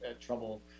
trouble